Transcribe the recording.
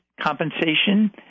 compensation